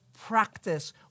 practice